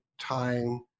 time